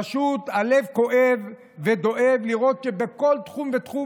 פשוט הלב כואב ודואב לראות שבכל תחום ותחום